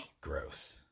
Gross